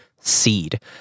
Seed